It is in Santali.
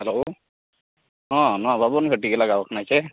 ᱦᱮᱞᱳ ᱦᱮᱸ ᱱᱚᱣᱟ ᱵᱟᱵᱚᱱᱜᱷᱟᱹᱴᱤ ᱜᱮ ᱞᱟᱜᱟᱣ ᱠᱟᱱᱟ ᱪᱮ